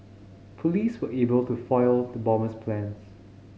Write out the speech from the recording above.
police were able to foil the bomber's plans